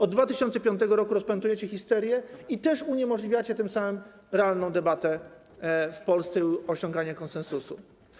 Od 2005 r. rozpętujecie histerię i uniemożliwiacie tym samym realną debatę w Polsce i osiąganie konsensusu.